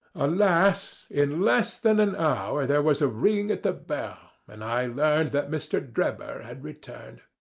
alas, in less than an hour there was a ring at the bell, and i learned that mr. drebber had returned.